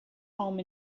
home